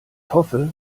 hoffe